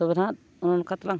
ᱛᱚᱵᱮ ᱱᱟᱜ ᱚᱱᱮ ᱚᱱᱠᱟ ᱛᱟᱞᱟᱝ